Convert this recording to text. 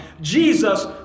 Jesus